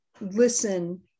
listen